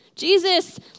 Jesus